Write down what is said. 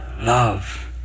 love